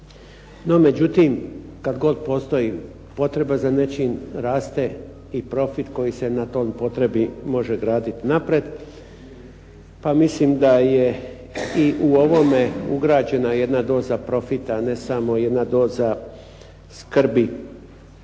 no međutim kad god postoji potreba za nečim raste i profit koji se na toj potrebi može odraditi naprijed. Pa mislim da je i u ovome ugrađena jedna doza profita, a ne samo jedna doza skrbi